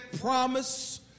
promise